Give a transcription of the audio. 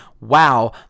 wow